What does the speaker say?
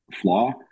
flaw